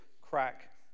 crack